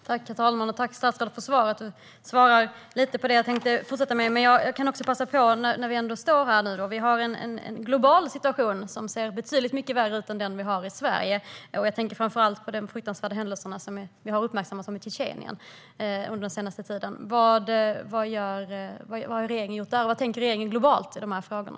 Herr talman! Jag tackar statsrådet för svaret, som delvis även är ett svar på det jag tänkte säga i min följdfråga. Men när vi nu ändå står här kan jag också passa på att ta upp den globala situationen, som ser betydligt mycket värre ut än den vi har i Sverige. Jag tänker framför allt på de fruktansvärda händelser i Tjetjenien som vi har uppmärksammats på den senaste tiden. Vad har regeringen gjort där? Hur tänker regeringen globalt i de här frågorna?